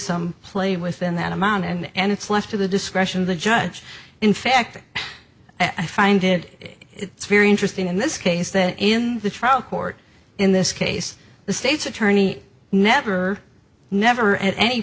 some play within that amount and it's left to the discretion of the judge in fact i find it it's very interesting in this case that in the trial court in this case the state's attorney never never at any